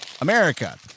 America